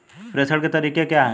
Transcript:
प्रेषण के तरीके क्या हैं?